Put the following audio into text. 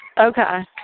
Okay